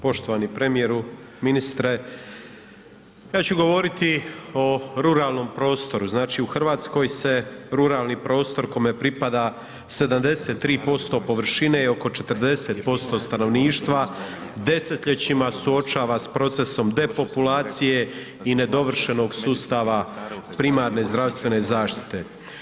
Poštovani premijeru, ministre ja ću govoriti o ruralnom prostoru, znači u Hrvatskoj se ruralni prostor kome pripada 73% površine i oko 40% stanovništva desetljećima suočava s procesom depopulacije i nedovršenog sustava primarne zdravstvene zaštite.